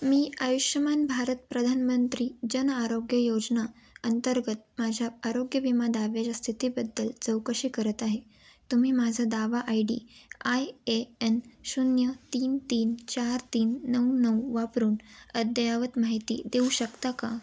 मी आयुष्यमान भारत प्रधानमंत्री जनआरोग्य योजना अंतर्गत माझ्या आरोग्य विमा दाव्याच्या स्थितीबद्दल चौकशी करत आहे तुम्ही माझा दावा I D I A N शून्य तीन तीन चार तीन नऊ नऊ वापरून अद्ययावत माहिती देऊ शकता का